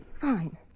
Fine